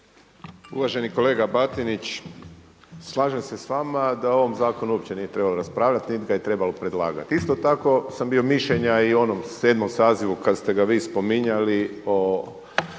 Uvaženi kolega Batinić, slažem se s vama da o ovom zakonu uopće nije trebalo raspravljali niti ga je trebalo predlagati. Isto tako sam bio mišljenja i u onom 7. sazivu kada ste ga vi spominjali o